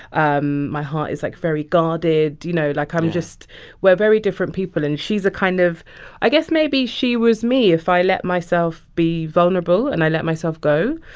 um my heart is, like, very guarded. you know, like, i'm just we're very different people. and she's a kind of i guess maybe she was me if i let myself be vulnerable, and i let myself go.